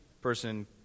person